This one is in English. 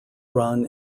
run